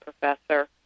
professor